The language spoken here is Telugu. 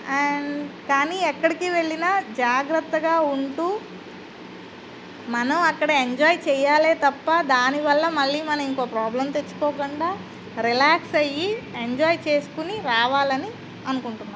అండ్ కానీ ఎక్కడికి వెళ్ళిన జాగ్రత్తగా ఉంటూ మనం అక్కడ ఎంజాయ్ చేయాలి తప్ప దాని వల్ల మళ్ళీ మనం ఇంకోక ప్రాబ్లమ్ తెచ్చుకోకుండా రిలాక్స్ అయ్యి ఎంజాయ్ చేసుకొని రావాలి అని అనుకుంటున్నాను